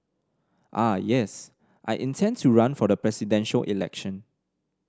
ah yes I intend to run for the Presidential Election